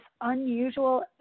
unusual